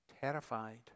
terrified